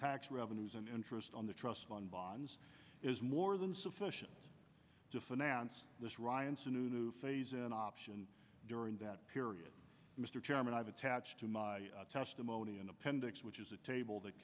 tax revenues and interest on the trust fund bonds is more than sufficient to finance this ryan sununu phase an option during that period mr chairman i have attached to my testimony in appendix which is a table that